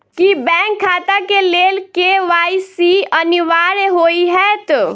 की bank खाता केँ लेल के.वाई.सी अनिवार्य होइ हएत?